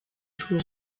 aho